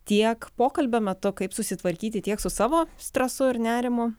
tiek pokalbio metu kaip susitvarkyti tiek su savo stresu ir nerimu